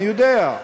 אני יודע.